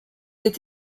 est